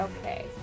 Okay